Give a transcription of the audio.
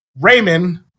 raymond